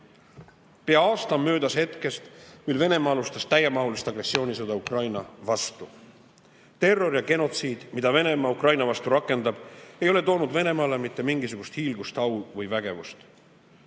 aasta on möödas hetkest, mil Venemaa alustas täiemahulist agressioonisõda Ukraina vastu. Terror ja genotsiid, mida Venemaa Ukraina vastu rakendab, ei ole toonud Venemaale mitte mingisugust hiilgust, au või vägevust. Ukraina